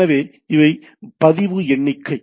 எனவே இவை பதிவு எண்ணிக்கை